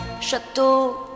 Château